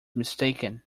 mistaken